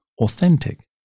authentic